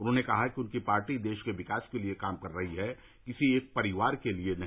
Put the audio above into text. उन्होंने कहा कि उनकी पार्टी देश के विकास के लिए काम कर रही है किसी एक परिवार के लिए नहीं